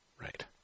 Right